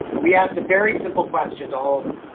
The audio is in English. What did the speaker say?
and we asked a very simple question to all of them.